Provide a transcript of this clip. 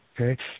okay